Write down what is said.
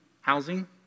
Housing